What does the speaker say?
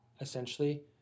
essentially